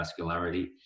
vascularity